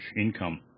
income